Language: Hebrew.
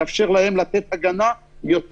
זה יאפשר להם לתת מרכיבי הגנה בהיקף,